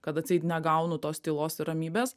kad atseit negaunu tos tylos ir ramybės